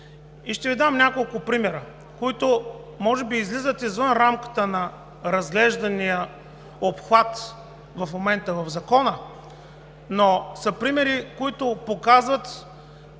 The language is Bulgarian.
Ще Ви дам няколко примера, които може би излизат извън рамката на разглеждания обхват в Закона, но са примери, които показват